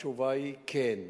התשובה היא כן,